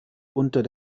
unter